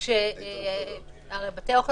בתי אוכל